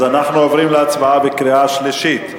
אנחנו עוברים להצבעה בקריאה שלישית.